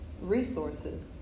resources